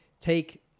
take